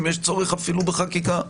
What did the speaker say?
אם יש צורך אפילו בחקיקה.